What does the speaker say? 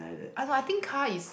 ah no I think car is